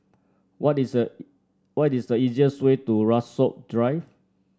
what is a what is the easiest way to Rasok Drive